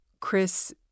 Chris